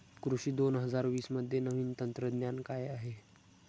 कृषी दोन हजार वीसमध्ये नवीन तंत्रज्ञान काय आहे?